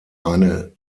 eine